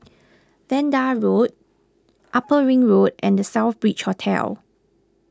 Vanda Road Upper Ring Road and the Southbridge Hotel